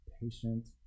patient